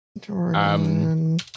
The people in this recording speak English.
Jordan